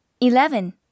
Eleven